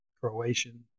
Croatian